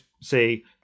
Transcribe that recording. say